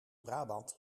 brabant